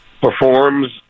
performs